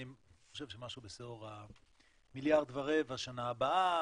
אני חושב שמשהו בסדר גודל של מיליארד ורבע בשנה הבאה